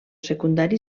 secundari